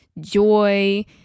joy